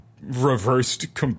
reversed